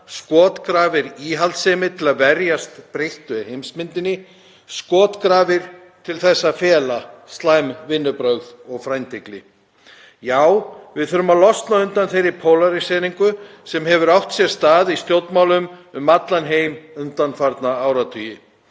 skotgrafir íhaldssemi til að verjast breyttu heimsmyndinni, skotgrafir til að fela slæm vinnubrögð og frændhygli. Já, við þurfum að losna undan þeirri pólaríseringu sem hefur átt sér stað í stjórnmálum um allan heim undanfarna áratugi.